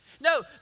No